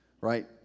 right